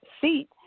seat